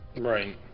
Right